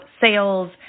sales